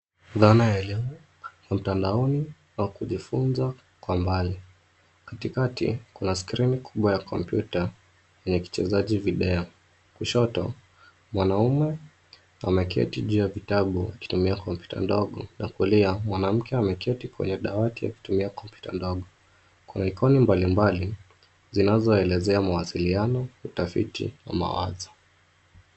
Dhana ya elimu, mtandaoni, au kujifunza kwa mbali. Katikati, kuna skrini kubwa ya kompyuta, yenye kichezaji video. Kushoto, mwanamume ameketi juu ya vitabu, akitumia kompyuta ndogo, na kulia mwanamke ameketi kwenye dawati, akitumia kompyuta ndogo. Kuna iikoni mbalimbali, zinazoelezea mawasiliano, utafiti wa mawazo.